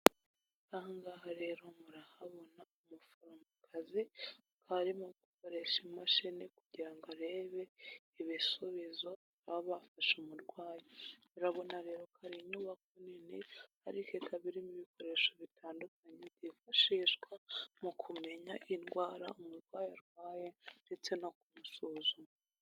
Aha ngaha rero murahabona umuforomokazi arimo gukoresha imashini kugira ngo arebe ibisubizo baba bafashe umurwayi, urabona rero ko ari inyubako nini ariko ikaba irimo ibikoresho bitandukanye byifashishwa mu kumenya indwara umurwayi arwaye ndetse no kumusuzuma.